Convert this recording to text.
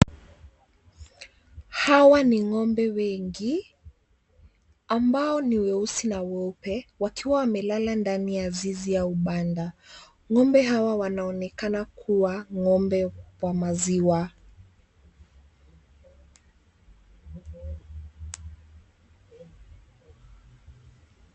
Hawa ni ng'ombe wengi, ambao ni weusi na weupe wakiwa wamelala ndani ya zizi au banda. Ng'ombe hawa wanaonekana kuwa ng'ombe wa maziwa.